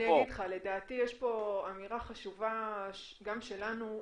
לדעתי יש פה אמירה חשובה גם שלנו,